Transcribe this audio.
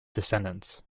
descendants